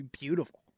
beautiful